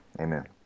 Amen